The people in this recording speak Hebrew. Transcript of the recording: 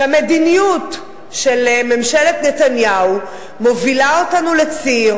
שהמדיניות של ממשלת נתניהו מובילה אותנו לציר